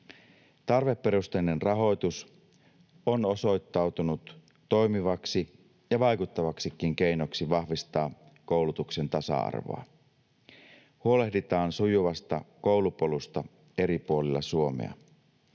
Tarveperusteinen rahoitus on osoittautunut toimivaksi ja vaikuttavaksikin keinoksi vahvistaa koulutuksen tasa-arvoa. Huolehditaan sujuvasta koulupolusta eri puolilla Suomea.